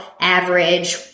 average